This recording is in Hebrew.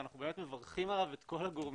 ואנחנו באמת מברכים עליו את כל הגורמים.